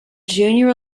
junior